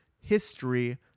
history